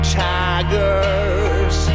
tigers